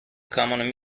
common